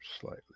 slightly